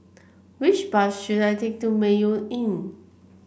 which bus should I take to Mayo Inn